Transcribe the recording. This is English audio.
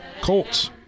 Colts